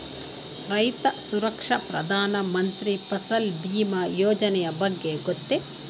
ರೈತ ಸುರಕ್ಷಾ ಪ್ರಧಾನ ಮಂತ್ರಿ ಫಸಲ್ ಭೀಮ ಯೋಜನೆಯ ಬಗ್ಗೆ ಗೊತ್ತೇ?